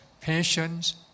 patience